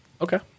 Okay